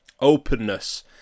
openness